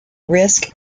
risk